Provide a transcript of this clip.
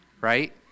Right